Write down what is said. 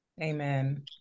Amen